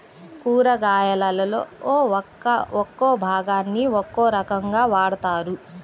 కూరగాయలలో ఒక్కో భాగాన్ని ఒక్కో రకంగా వాడతారు